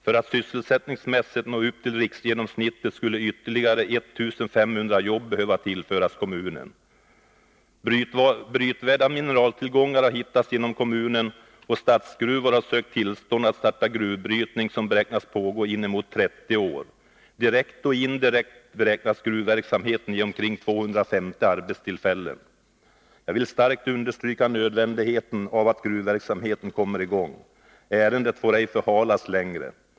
För att sysselsättningsmässigt nå upp till riksgenomsnittet skulle kommunen behöva tillföras ytterligare 1500 jobb. Brytvärda mineraltillgångar har hittats inom kommunen, och Statsgruvor har sökt tillstånd att starta gruvbrytning, som beräknas pågå inemot 30 år. Direkt och indirekt beräknas gruvverksamheten ge omkring 250 arbetstillfällen. Jag vill starkt understryka nödvändigheten av att gruvverksamheten kommer i gång. Ärendet får ej förhalas längre.